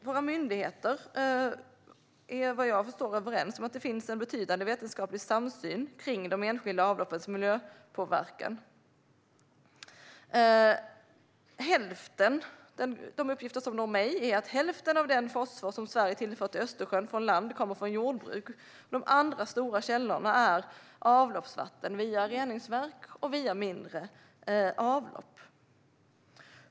Våra myndigheter är, vad jag förstår, överens om att det finns en betydande vetenskaplig samsyn om de enskilda avloppens miljöpåverkan. Enligt de uppgifter som har nått mig kommer hälften av den fosfor som Sverige tillför till Östersjön från land från jordbruk. Andra stora källor är avloppsvatten via reningsverk och via mindre avlopp.